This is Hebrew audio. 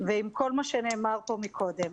ועם כל מה שנאמר פה קודם.